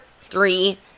three